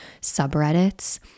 subreddits